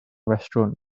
restaurant